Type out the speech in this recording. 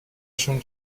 شون